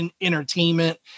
entertainment